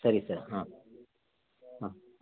ಸರಿ ಸರ್ ಹಾಂ ಹಾಂ